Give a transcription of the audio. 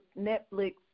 Netflix